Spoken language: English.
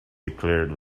declared